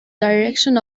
direction